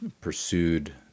pursued